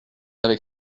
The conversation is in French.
avec